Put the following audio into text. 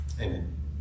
Amen